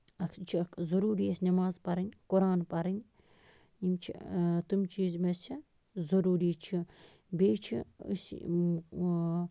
اَکھ یہِ چھِ اَکھ ضٔروٗری اَسہِ نٮ۪ماز پَرٕنۍ قران پَرٕنۍ یِم چھِ تِم چیٖز یِم اَسہِ چھِ ضٔروٗری چھِ بیٚیہِ چھِ أسۍ